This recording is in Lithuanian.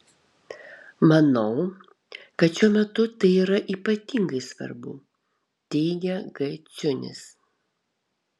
manau kad šiuo metu tai yra ypatingai svarbu teigia g ciunis